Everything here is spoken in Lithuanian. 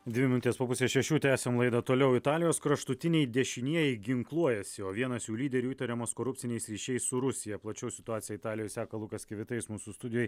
dvi minutės po pusės šešių tęsiam laidą toliau italijos kraštutiniai dešinieji ginkluojasi o vienas jų lyderių įtariamas korupciniais ryšiais su rusija plačiau situaciją italijoj seka lukas kvita jis mūsų studijoj